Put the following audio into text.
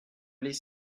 les